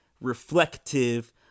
reflective